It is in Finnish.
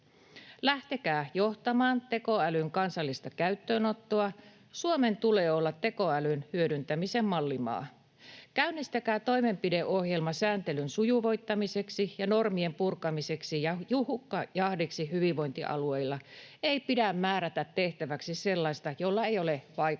Lähtekää johtamaan tekoälyn kansallista käyttöönottoa. Suomen tulee olla tekoälyn hyödyntämisen mallimaa. Käynnistäkää toimenpideohjelma sääntelyn sujuvoittamiseksi ja normien purkamiseksi ja hukkajahdiksi hyvinvointialueilla. Ei pidä määrätä tehtäväksi sellaista, jolla ei ole vaikuttavuutta.